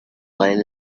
lying